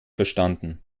verstanden